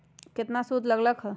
केतना सूद लग लक ह?